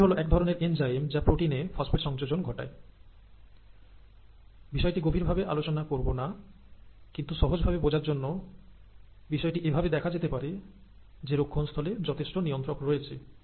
এগুলি হল এক ধরনের এনজাইম যা প্রোটিনে ফসফেট সংযোজন ঘটায় বিষয়টি গভীর ভাবে আলোচনা করব না কিন্তু সহজ ভাবে বোঝার জন্য বিষয়টি এভাবে দেখা যেতে পারে যে রক্ষণ স্থলে যথেষ্ট নিয়ন্ত্রক রয়েছে